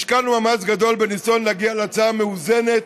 השקענו מאמץ גדול בניסיון להגיע להצעה מאוזנת,